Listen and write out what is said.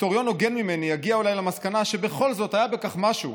היסטוריון הוגן ממני יגיע אולי למסקנה שבכל זאת היה בכך משהו,